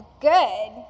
good